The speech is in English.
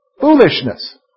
Foolishness